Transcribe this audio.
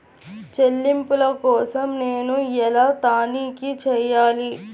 చెల్లింపుల కోసం నేను ఎలా తనిఖీ చేయాలి?